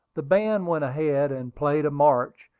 the band went ahead and played a march,